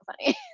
funny